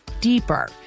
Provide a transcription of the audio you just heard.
deeper